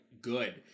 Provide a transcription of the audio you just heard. good